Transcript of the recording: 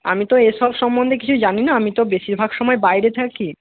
আমি তো এসব সম্বন্ধে কিছু জানি না আমি তো বেশীরভাগ সময় বাইরে থাকি